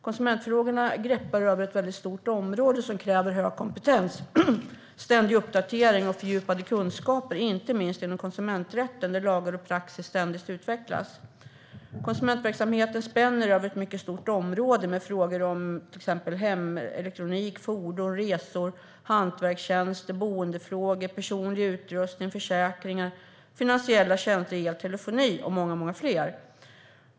Konsumentfrågorna greppar över ett väldigt stort område som kräver hög kompetens, ständig uppdatering och fördjupade kunskaper, inte minst inom konsumenträtten där lagar och praxis ständigt utvecklas. Konsumentverksamheten spänner över ett mycket stort område med frågor om till exempel hemelektronik, fordon, resor, hantverkartjänster, boendefrågor, personlig utrustning, försäkringar, finansiella tjänster, el, telefoni och många, många fler.